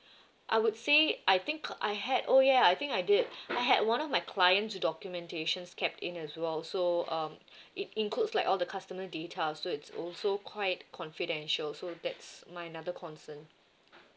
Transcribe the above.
I would say I think I had oh ya I think I did I had one of my clients' documentations kept in as well so um it includes like all the customer data so it's also quite confidential so that's my another concern